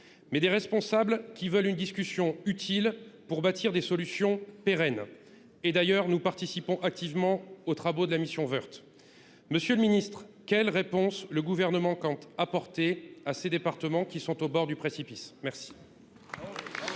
mais des responsables qui veulent une discussion utile pour bâtir des solutions pérennes. D’ailleurs, nous participons activement aux travaux de la mission Woerth. Monsieur le ministre, quelle réponse le Gouvernement compte t il apporter à ces départements qui sont au bord du précipice ? La